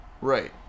Right